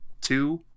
two